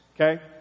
Okay